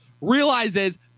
realizes